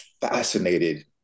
fascinated